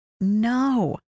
No